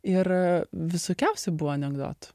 ir visokiausių buvo anekdotų